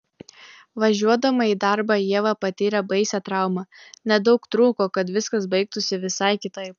važiuodama į darbą ieva patyrė baisią traumą nedaug trūko kad viskas baigtųsi visai kitaip